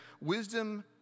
wisdom